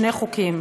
שני חוקים,